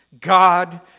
God